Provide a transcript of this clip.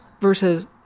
versus